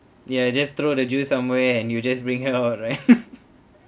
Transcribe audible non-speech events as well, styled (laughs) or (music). ya just throw the juice somewhere and you just bring her out right (laughs)